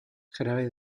jarabe